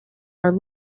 are